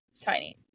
tiny